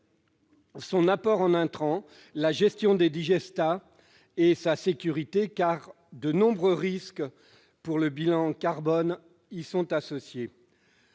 son apport en intrants, la gestion des digestats et sa sécurité, car de nombreux risques pour le bilan carbone y sont associés.